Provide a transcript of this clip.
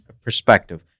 perspective